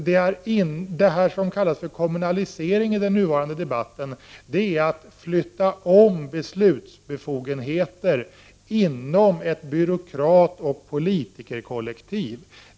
Detta som i den nuvarande debatten kallas för kommunalisering, det innebär att flytta om beslutsbefogenheter inom ett byråkratoch politikerkollektiv.